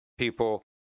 People